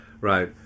right